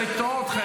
תרשו לי,